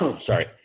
Sorry